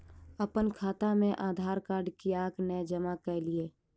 अप्पन खाता मे आधारकार्ड कियाक नै जमा केलियै?